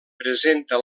presenta